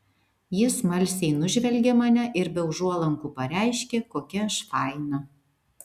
jis smalsiai nužvelgė mane ir be užuolankų pareiškė kokia aš faina